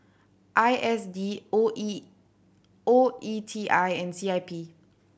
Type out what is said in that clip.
I S D O E O E T I and C I P